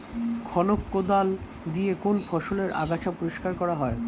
খনক কোদাল দিয়ে কোন ফসলের আগাছা পরিষ্কার করা হয়?